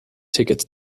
tickets